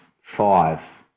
five